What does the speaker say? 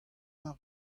mar